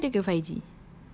telefon kita ada ke five G